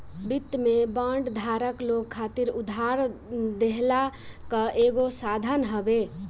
वित्त में बांड धारक लोग खातिर उधार देहला कअ एगो साधन हवे